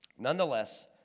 Nonetheless